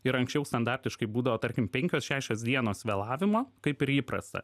ir anksčiau standartiškai būdavo tarkim penkios šešios dienos vėlavimo kaip ir įprasta